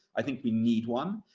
i think we need one.